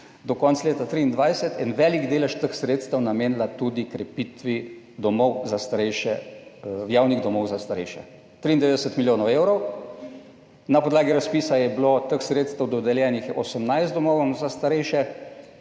do konca leta 2023, en velik delež teh sredstev namenila tudi krepitvi domov za starejše, javnih domov za starejše, 93 milijonov evrov na podlagi razpisa je bilo teh sredstev dodeljenih 18 domovom za starejše,